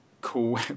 cool